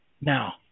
now